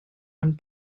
and